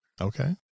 Okay